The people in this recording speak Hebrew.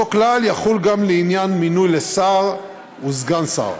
אותו כלל יחול גם לעניין מינוי לשר וסגן שר.